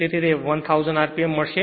તેથી 1000 rpm મળશે